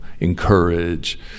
encourage